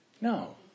No